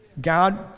God